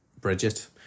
Bridget